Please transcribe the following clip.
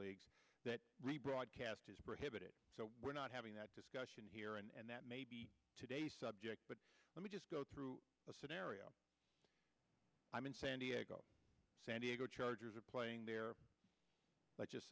leagues that rebroadcast is prohibited so we're not having that discussion here and that may be today's subject but let me just go through a scenario i mean san diego san diego chargers are playing there let's just